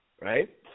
right